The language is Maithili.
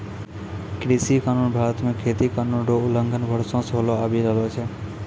कृषि कानून भारत मे खेती कानून रो उलंघन वर्षो से होलो आबि रहलो छै